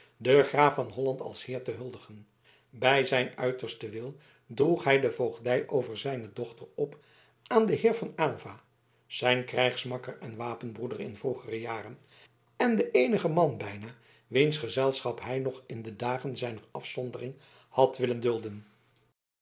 den graaf van holland als heer te huldigen bij zijn uitersten wil droeg hij de voogdij over zijne dochter op aan den heer van aylva zijn krijgsmakker en wapenbroeder in vroegere jaren en den eenigen man bijna wiens gezelschap hij nog in de dagen zijner afzondering had willen dulden